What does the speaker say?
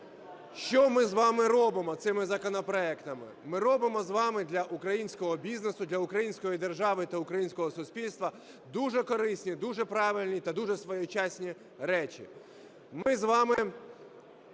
Що ми з вами робимо цими законопроектами? Ми робимо з вами для українського бізнесу, для української держави та українського суспільства дуже корисні, дуже правильні та дуже своєчасні речі.